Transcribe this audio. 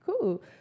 cool